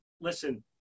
listen